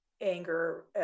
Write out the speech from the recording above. anger